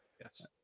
Yes